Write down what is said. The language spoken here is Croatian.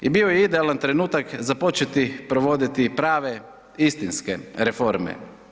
I bio je idealan trenutak započeti provoditi prave istinske reforme.